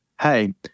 hey